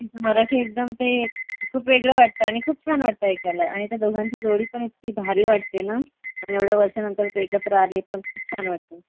तिचं मराठी एकदम ते खूप वेगळं वाटतं आणि खूप छान वाटतं ऐकायला आणि त्या दोघांची जोडी पण इतकी भारी वाटते ना आणि एवढ्या वर्षानंतर ते एकत्र आले परत खूप छान वाटतं